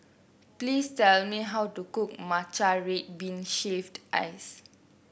please tell me how to cook Matcha Red Bean Shaved Ice